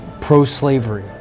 pro-slavery